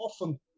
often